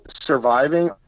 Surviving